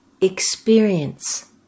experience